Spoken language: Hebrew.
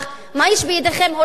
מה יש בידיכם, הודאות?